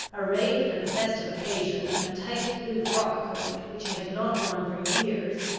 arrayed for the festive occasion in a tight blue frock-coat which he had not worn for years,